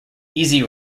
easy